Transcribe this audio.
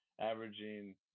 averaging